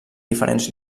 diferents